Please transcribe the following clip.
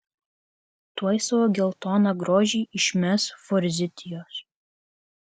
tuoj savo geltoną grožį išmes forzitijos